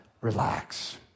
Relax